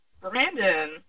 Brandon